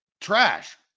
trash